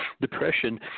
Depression